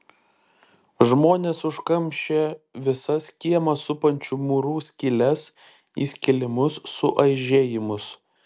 žmonės užkamšė visas kiemą supančių mūrų skyles įskilimus suaižėjimus